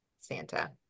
Santa